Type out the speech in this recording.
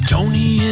Tony